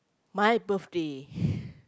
my birthday